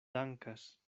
dankas